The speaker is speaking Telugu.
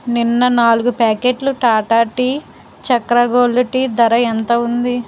నిన్న నాలుగు ప్యాకెట్లు Tata tea Chakra gold tea ధర ఎంత ఉంది